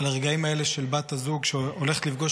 את הרגעים האלה של בת הזוג שהולכת לפגוש